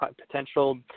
potential